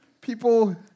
People